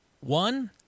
One